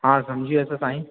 हा समुझी वियुसि साईं